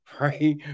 right